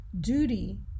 duty